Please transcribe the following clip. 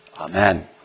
Amen